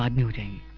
um duty,